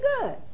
good